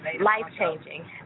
life-changing